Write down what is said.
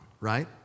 right